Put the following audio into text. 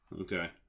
Okay